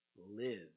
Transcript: live